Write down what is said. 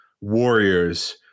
Warriors